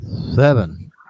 seven